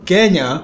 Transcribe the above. Kenya